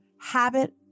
Habit